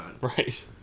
Right